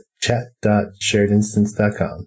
chat.sharedinstance.com